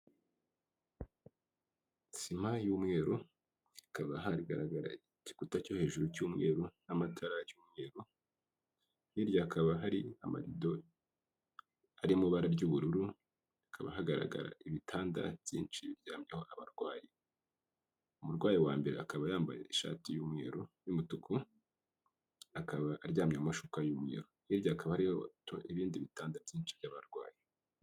Sima y'umweru, hakaba hagaragara igikuta cyo hejuru cy'icyuweru n'amatara y'umweru. Hirya hakaba hari amarido ari mu ibara ry'ubururu, hakaba hagaragara ibitanda byinshi biryamyeho abarwayi. Umurwayi wa mbere yambaye ishati y'umweru n'umutuku, akaba aryamye ku mashuka y'umweru. Hirya, hakaba n'ibindi bitanda byinshi by'abarwayi.